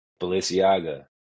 Balenciaga